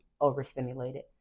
overstimulated